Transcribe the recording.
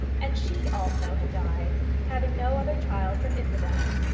and she also had died, having no other child but isabel.